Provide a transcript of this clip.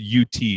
UT